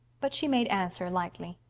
but she made answer lightly.